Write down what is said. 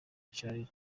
cari